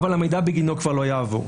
אבל המידע בגינו כבר לא יעבור.